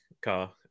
car